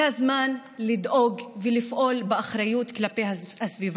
זה הזמן לדאוג ולפעול באחריות כלפי הסביבה.